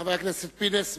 חבר הכנסת פינס,